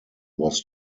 was